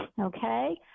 okay